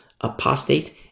apostate